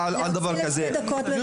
אני גם